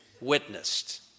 witnessed